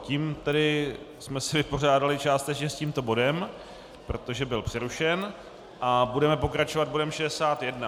Tím jsme se vypořádali částečně s tímto bodem, protože byl přerušen, a budeme pokračovat bodem 61.